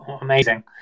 amazing